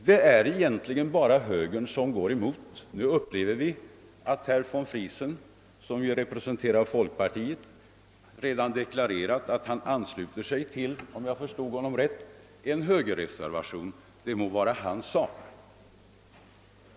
Det är egentligen bara högern som går emot — herr von Friesen, som ju representerar folkpartiet, har dock, om jag förstod honom rätt, deklarerat att han ansluter sig till en högerreservation, men det må vara hans ensak.